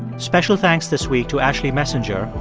special thanks this week to ashley messenger,